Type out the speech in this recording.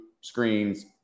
screens